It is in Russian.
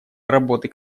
работы